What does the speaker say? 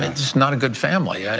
and just not a good family.